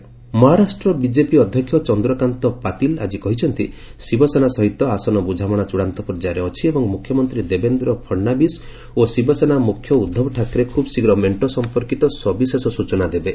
BJP Shiv Sena Maharashtra BJP ଅଧ୍ୟକ୍ଷ ଚନ୍ଦ୍ରକାନ୍ତ ପାତିଲ ଆଜି କହିଛନ୍ତି ଶିବସେନା ସହିତ ଆସନ ବୁଝାମଣା ଚୂଡ଼ାନ୍ତ ପର୍ଯ୍ୟାୟରେ ଅଛି ଏବଂ ମୁଖ୍ୟମନ୍ତ୍ରୀ ଦେବେନ୍ଦ୍ର ଫଡ଼ନାବିଶ୍ ଓ ଶିବସେନା ମୁଖ୍ୟ ଉଦ୍ଧବ ଠାକରେ ଖୁବ୍ ଶୀଘ୍ର ମେଣ୍ଢ ସମ୍ପର୍କୀତ ସବିଶେଷ ସୂଚନା ଦେବେ